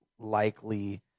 likely